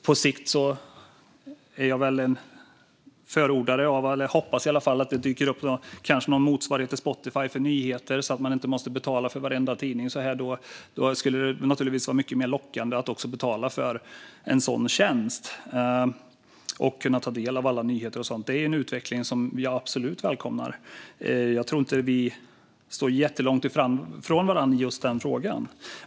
På sikt hoppas jag att det kanske dyker upp någon motsvarighet till Spotify för nyheter, så att man inte måste betala för varenda tidning. Då skulle det naturligtvis vara mycket mer lockande att betala för en sådan tjänst för att kunna ta del av alla nyheter och så vidare. Det är en utveckling som jag absolut välkomnar. Jag tror inte att vi står jättelångt från varandra i just denna fråga.